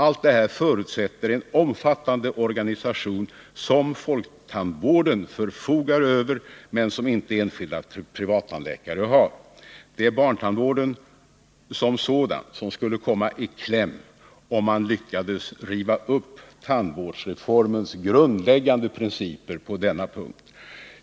Allt detta förutsätter en omfattande organisation, som folktandvården förfogar över men som inte enskilda privattandläkare har, Det är barntandvården som sådan som skulle komma i kläm om man lyckades riva upp tandvårdsreformens grundläggande principer på denna punkt.